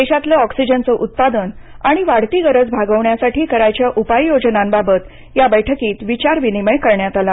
देशातलं ऑक्सिजनचं उत्पादन आणि वाढती गरज भागवण्यासाठी करायच्या उपाययोजनांबाबत या बैठकीत विचारविनिमय करण्यात आला